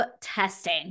testing